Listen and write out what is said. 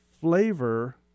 flavor